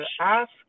ask